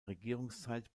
regierungszeit